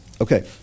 Okay